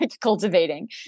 cultivating